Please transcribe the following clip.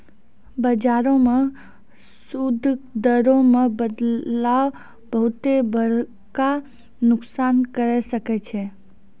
बजारो मे सूद दरो मे बदलाव बहुते बड़का नुकसान करै सकै छै